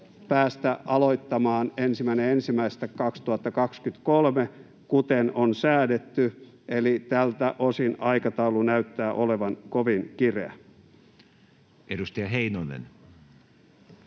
päästä aloittamaan 1.1.2023, kuten on säädetty, eli tältä osin aikataulu näyttää olevan kovin kireä. [Speech